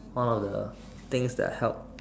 all the things that I help